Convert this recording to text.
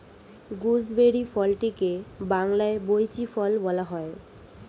gooseberry ফলটিকে বাংলায় বৈঁচি ফল বলা হয়